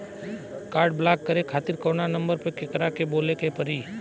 Card block करे खातिर कवना नंबर पर केकरा के बोले के परी?